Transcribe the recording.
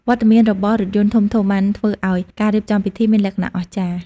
វត្តមានរបស់រថយន្តធំៗបានធ្វើឱ្យការរៀបចំពិធីមានលក្ខណៈអស្ចារ្យ។